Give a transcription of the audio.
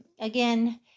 again